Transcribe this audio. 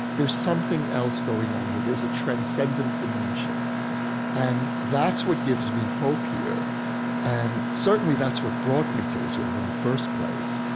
there's something else going on here there's a transcendent dimension and that's what gives me hope here and certainly that's what brought me to israel in the first place.